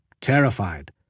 terrified